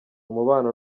umubano